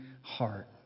heart